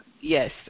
Yes